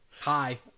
Hi